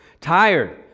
tired